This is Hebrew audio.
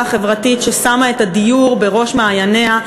החברתית ששמה את הדיור בראש מעייניה,